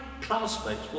classmates